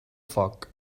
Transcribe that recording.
foc